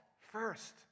first